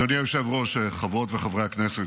אדוני היושב-ראש, חברות וחברי הכנסת,